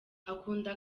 akunda